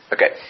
Okay